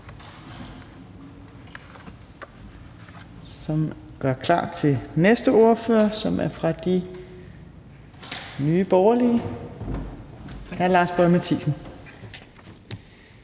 som gør klar til næste ordfører, som er fra Nye Borgerlige. Hr. Lars Boje Mathiesen.